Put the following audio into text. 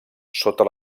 sota